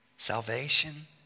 Salvation